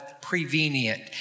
prevenient